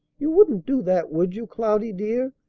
you wouldn't do that, would you, cloudy, dear?